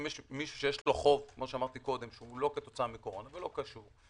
מי שיש לו חוב שהוא לא כתוצאה מקורונה זה לא קשור.